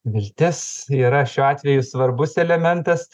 viltis yra šiuo atveju svarbus elementas